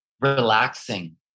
relaxing